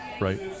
right